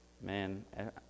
man